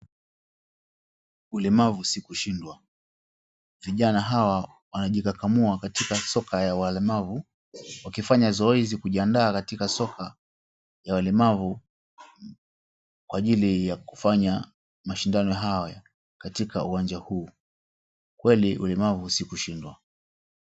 Ulemavu si kushindwa, vijana hawa wanajikakamua katika soka ya walemavu wakifanya zoezi kujiandaa katika soka ya walemavu kwa ajili ya kufanya mashindano haya katika uwanja huu, kweli ulemavu si kushindwa.